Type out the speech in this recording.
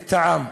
את העם,